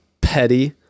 petty